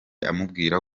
amubwira